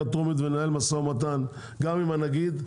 הטרומית ולנהל משא ומתן גם עם הנגיד,